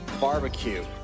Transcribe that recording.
Barbecue